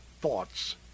thoughts